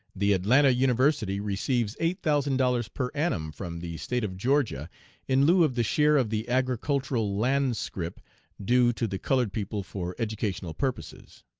the atlanta university receives eight thousand dollars per annum from the state of georgia in lieu of the share of the agricultural land scrip due to the colored people for educational purposes.